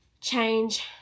change